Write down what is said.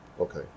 Okay